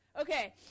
Okay